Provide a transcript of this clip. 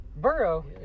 Burrow